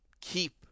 keep